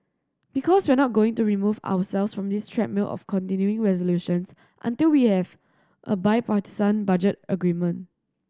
because we're not going to remove ourselves from this treadmill of continuing resolutions until we have a bipartisan budget agreement